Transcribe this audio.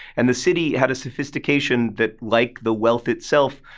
and the city had a sophistication that, like the wealth itself,